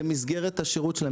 במסגרת השירות שלהם,